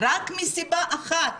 רק מסיבה אחת,